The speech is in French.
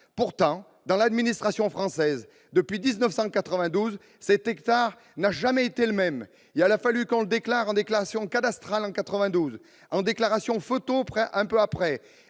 Pourtant, pour l'administration française, depuis 1992, cet hectare n'a jamais été le même. Il a fallu faire une déclaration cadastrale en 1992, une déclaration photo un peu plus